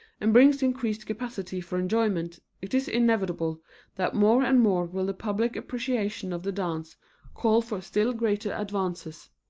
and brings increased capacity for enjoyment, it is inevitable that more and more will the public appreciation of the dance call for still greater advances.